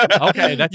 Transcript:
Okay